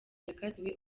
yakatiwe